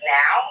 now